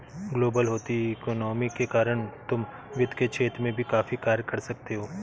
global होती economy के कारण तुम वित्त के क्षेत्र में भी काफी कार्य कर सकते हो